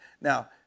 Now